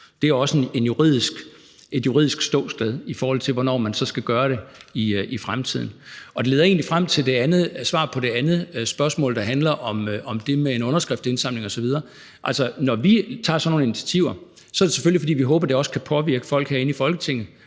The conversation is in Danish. Det er også et juridisk ståsted, i forhold til hvornår man så skal gøre det i fremtiden. Og det leder egentlig frem til svaret på det andet spørgsmål, der handler om det med en underskriftsindsamling osv. Altså, når vi tager sådan nogle initiativer, er det selvfølgelig, fordi vi håber, at det også kan påvirke folk herinde i Folketinget.